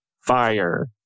fire